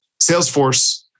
Salesforce